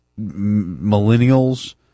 millennials